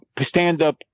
stand-up